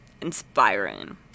inspiring